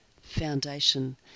foundation